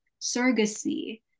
surrogacy